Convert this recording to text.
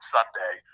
Sunday